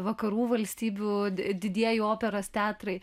vakarų valstybių didieji operos teatrai